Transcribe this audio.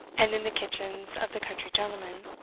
and in the kitchens of the country gentlemen.